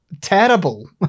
terrible